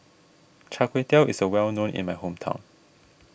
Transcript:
Char Kway Teow is a well known in my hometown